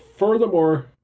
Furthermore